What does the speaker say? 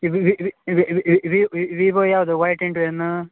V Vivo ಯಾವುದು Y ten two N